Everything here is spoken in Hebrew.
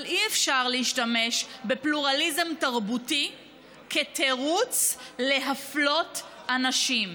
אבל אי-אפשר להשתמש בפלורליזם תרבותי כתירוץ להפלות אנשים.